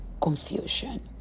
confusion